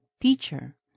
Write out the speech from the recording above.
Teacher